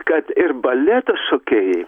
kad ir baleto šokėjai